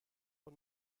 von